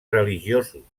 religiosos